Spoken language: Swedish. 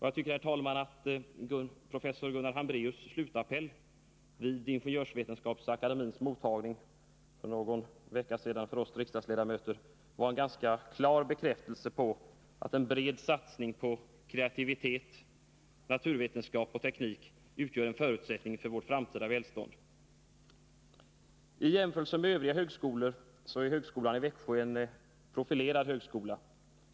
Jag tycker, herr talman, att professor Gunnar Hambraeus slutappell vid Ingenjörsvetenskapsakademiens mottagning för någon vecka sedan för oss riksdagsledamöter var en klar bekräftelse på att en bred satsning på kreativitet, naturvetenskap och teknik utgör en förutsättning för vårt framtida välstånd. I jämförelse med övriga högskolor är högskolan i Växjö en profilerad högskola.